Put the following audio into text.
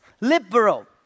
liberal